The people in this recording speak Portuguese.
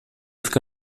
fica